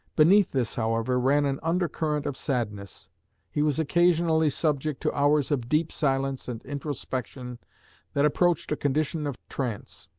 beneath this, however, ran an undercurrent of sadness he was occasionally subject to hours of deep silence and introspection that approached a condition of trance.